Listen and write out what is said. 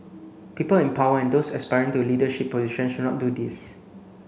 people in power and those aspiring to leadership position should not do this